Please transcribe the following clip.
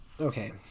Okay